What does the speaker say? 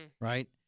right